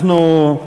אנחנו,